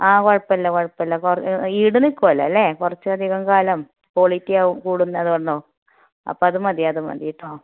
ആ കുഴപ്പമില്ല കുഴപ്പമില്ല കൊർ ഈട് നിൽക്കുമല്ലോ അല്ലേ കുറച്ച് അധികം കാലം ക്വാളിറ്റി ആവും കൂടുന്നത് എന്ന് അപ്പം അത് മതി അത് മതി കേട്ടോ